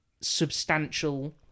substantial